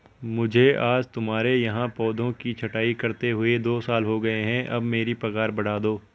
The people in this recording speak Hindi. मुझे आज तुम्हारे यहाँ पौधों की छंटाई करते हुए दो साल हो गए है अब मेरी पगार बढ़ा दो